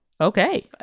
okay